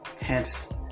hence